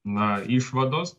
na išvados